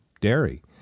dairy